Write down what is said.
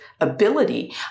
ability